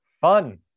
Fun